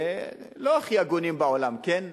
לא הכי הגונים בעולם, כן?